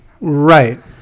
Right